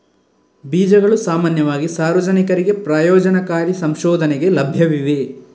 ಬೀಜಗಳು ಸಾಮಾನ್ಯವಾಗಿ ಸಾರ್ವಜನಿಕರಿಗೆ ಪ್ರಯೋಜನಕಾರಿ ಸಂಶೋಧನೆಗೆ ಲಭ್ಯವಿವೆ